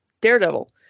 Daredevil